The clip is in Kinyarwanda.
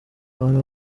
abantu